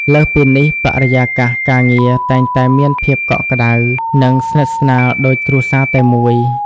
លើសពីនេះ បរិយាកាសការងារតែងតែមានភាពកក់ក្ដៅ និងស្និទ្ធស្នាលដូចគ្រួសារតែមួយ។